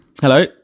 Hello